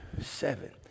seven